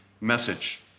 message